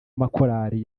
amakorali